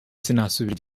sinasubira